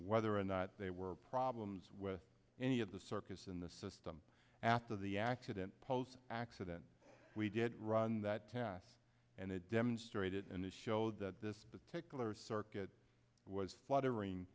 whether or not they were problems with any of the circus in the system after the accident accident we did run that test and it demonstrated and it showed that this particular circuit was watering